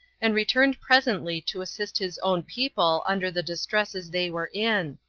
and returned presently to assist his own people under the distresses they were in